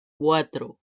cuatro